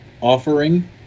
offering